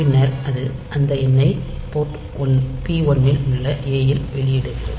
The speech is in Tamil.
பின்னர் அது அந்த எண்ணை போர்ட் p1 இல் உள்ள ஏ யில் வெளியிடுகிறது